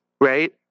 right